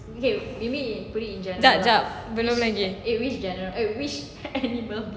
jap jap belum lagi